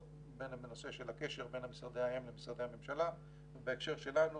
בנושא של הקשר בין משרדי האם למשרדי הממשלה ובהקשר שלנו,